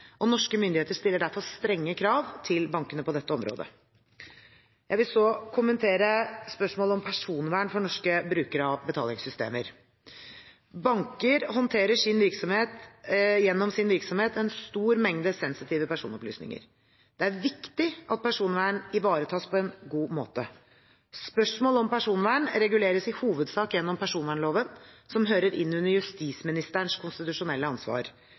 og norske myndigheter stiller derfor strenge krav til bankene på dette området. Jeg vil så kommentere spørsmålet om personvernet for norske brukere av betalingssystemer. Banker håndterer gjennom sin virksomhet en stor mengde sensitive personopplysninger. Det er viktig at personvern ivaretas på en god måte. Spørsmål om personvern reguleres i hovedsak gjennom personvernloven, som hører inn under justisministerens konstitusjonelle ansvar.